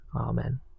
Amen